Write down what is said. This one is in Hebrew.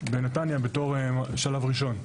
בנתניה בתור שלב ראשון.